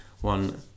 one